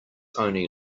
only